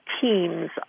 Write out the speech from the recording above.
teams